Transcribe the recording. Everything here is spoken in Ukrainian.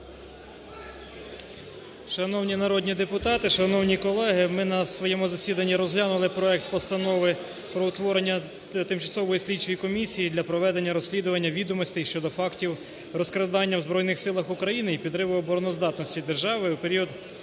Шановні народні депутати, шановні колеги, ми на своєму засіданні розглянули проект Постанови про утворення Тимчасової слідчої комісії для проведення розслідування відомостей щодо фактів розкрадання в Збройних Силах України і підриву обороноздатності держави у період